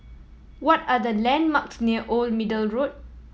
what are the landmarks near Old Middle Road